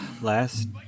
Last